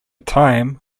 time